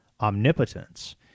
omnipotence